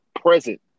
present